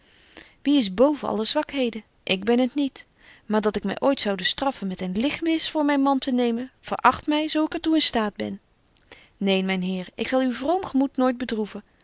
wie is boven alle zwakheden ik ben t niet maar dat ik my ooit zoude straffen met een lichtmis voor myn man te nemen verächt my zo ik er toe in staat ben neen myn heer ik zal uw vroom gemoed nooit bedroeven